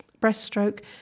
breaststroke